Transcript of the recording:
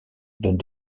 donne